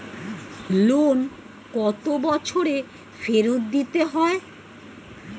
Loan কত বছরে ফেরত দিতে হয়?